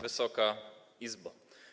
Wysoka Izbo!